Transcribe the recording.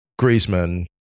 Griezmann